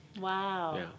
Wow